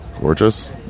Gorgeous